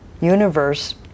universe